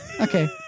Okay